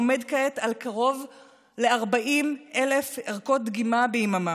עומד כעת על קרוב ל-40,000 ערכות דגימה ביממה.